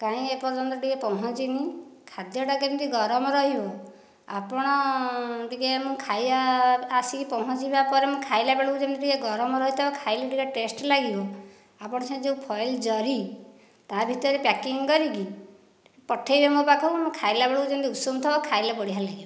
କାହିଁ ଏପର୍ଯ୍ୟନ୍ତ ଟିକେ ପହଞ୍ଚିନି ଖାଦ୍ୟଟା କେମିତି ଗରମ ରହିବ ଆପଣ ଟିକେ ମୁଁ ଖାଇବା ଆସିକି ପହଞ୍ଚିବା ପରେ ମୁଁ ଖାଇଲା ବେଳକୁ ଯେମିତି ଏ ଗରମ ରହିଥିବ ଖାଇଲେ ଟିକେ ଟେଷ୍ଟ ଲାଗିବ ଆପଣଙ୍କ ସେଇଟା ଯେଉଁ ଫଏଲ ଜରି ତା'ଭିତରେ ପ୍ୟାକିଂ କରିକି ପଠେଇବେ ମୋ ପାଖକୁ ମୁଁ ଖାଇଲା ବେଳକୁ ଯେମିତି ଉଷୁମ ଥିବ ଖାଇଲେ ବଢ଼ିଆ ଲାଗିବ